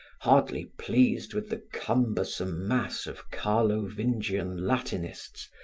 hardly pleased with the cumbersome mass of carlovingian latinists,